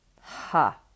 Ha